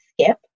skip